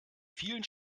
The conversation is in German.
vielen